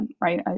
right